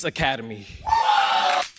Academy